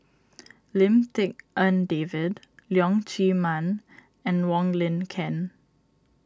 Lim Tik En David Leong Chee Mun and Wong Lin Ken